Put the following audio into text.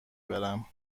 برم